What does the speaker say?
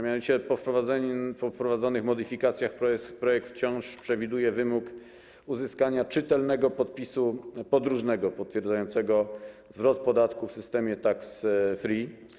Mianowicie po wprowadzonych modyfikacjach projekt wciąż przewiduje wymóg uzyskania czytelnego podpisu podróżnego potwierdzającego zwrot podatku w systemie tax free.